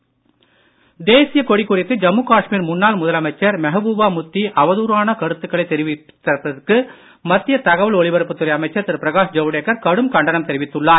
பிரகாஷ் ஜவ்டேகர் தேசிய கொடி குறித்து ஜம்மு காஷ்மீர் முன்னாள் முதலமைச்சர் மெஹபூபா முஃப்தி அவதூறான கருத்துக்களை தெரிவித்திருப்பதற்கு மத்திய தகவல் ஒலிபரப்புத்துறை அமைச்சர் திரு பிரகாஷ் ஜவ்டேகர் கடும் கண்டனம் தெரிவித்துள்ளார்